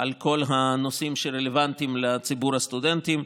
על כל הנושאים שרלוונטיים לציבור הסטודנטים.